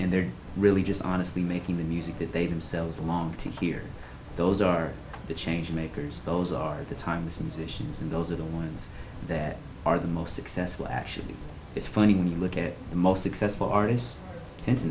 and they're really just honestly making the music that they themselves along to hear those are the change makers those are the times and stations and those are the ones that are the most successful actually it's funny when you look at the most successful artist